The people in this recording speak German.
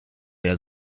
der